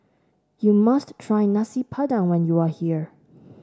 you must try Nasi Padang when you are here